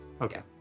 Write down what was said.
Okay